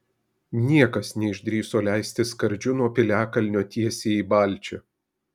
niekas neišdrįso leistis skardžiu nuo piliakalnio tiesiai į balčią